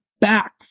back